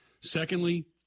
Secondly